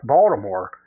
Baltimore